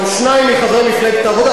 גם שניים מחברי מפלגת העבודה.